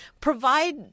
Provide